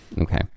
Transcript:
Okay